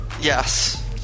Yes